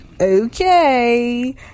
okay